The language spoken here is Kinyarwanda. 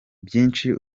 byinshi